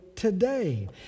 Today